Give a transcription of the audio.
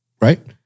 right